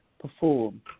perform